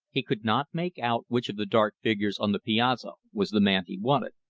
he could not make out which of the dark figures on the piazza was the man he wanted.